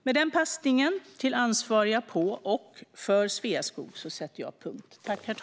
Med den passningen till ansvariga på och för Sveaskog sätter jag punkt.